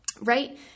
right